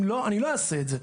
אם לא אני לא אעשה את זה.